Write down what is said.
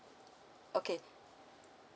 okay